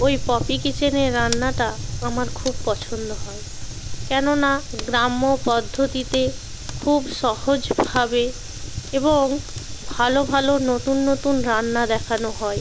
ওই পপি কিচেনের রান্নাটা আমার খুব পছন্দ হয় কেননা গ্রাম্য পদ্ধতিতে খুব সহজভাবে এবং ভালো ভালো নতুন নতুন রান্না দেখানো হয়